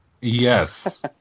Yes